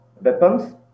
weapons